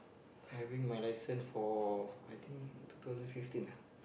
having my license for I think two thousand fifteen ah